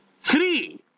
Three